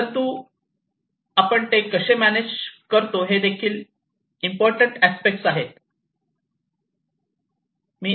परंतु आपण ते कसे मॅनेज हे देखील एक इम्पॉर्टंट अस्पेक्ट आहे